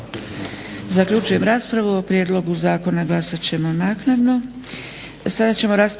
Zaključujem raspravu. O prijedlogu zakona glasat ćemo naknadno.